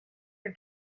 who